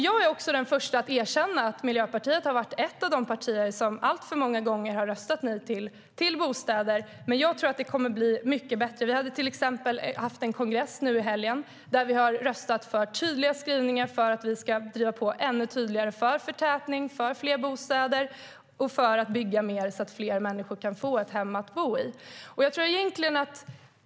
Jag är den första att erkänna att Miljöpartiet har varit ett av de partier som alltför många gånger har röstat nej till bostäder. Men jag tror att det kommer att bli mycket bättre. Vi hade kongress i helgen då vi röstade för tydliga skrivningar för att vi ska driva på ännu tydligare för förtätning, för fler bostäder och för att det ska byggas mer så att fler människor ska kunna få ett hem att bo i.